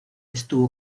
estuvo